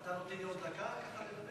עוד דקה?